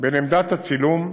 בין עמדת הצילום,